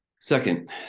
second